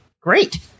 great